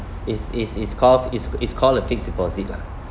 is is is called is is call a fixed deposit lah